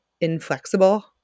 inflexible